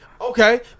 Okay